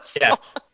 Yes